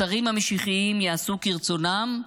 השרים המשיחיים יעשו כרצונם,